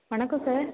வணக்கம் சார்